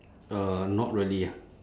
uh not really ah